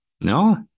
No